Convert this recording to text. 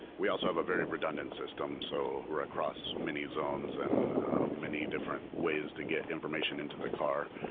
we also have a very redundant system. so we're across many zones and many different ways to get information into the car.